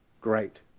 great